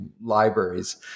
libraries